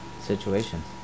situations